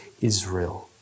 Israel